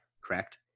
Correct